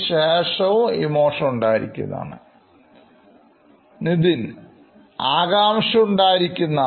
ശേഷവും ഇമോഷൻ ഉണ്ടായിരിക്കുന്നതാണ് Nithin ആകാംഷ ഉണ്ടായിരിക്കുന്നതാണ്